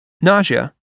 nausea